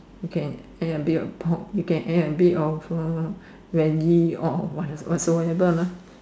you can add a bit of pork you can add a bit of uh veggie what whatsoever lah